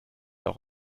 auch